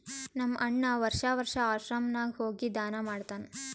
ನಮ್ ಅಣ್ಣಾ ವರ್ಷಾ ವರ್ಷಾ ಆಶ್ರಮ ನಾಗ್ ಹೋಗಿ ದಾನಾ ಮಾಡ್ತಾನ್